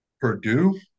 Purdue